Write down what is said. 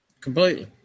completely